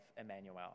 Emmanuel